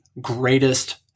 greatest